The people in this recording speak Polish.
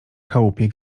chałupie